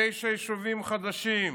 תשעה יישובים חדשים,